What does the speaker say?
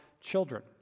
children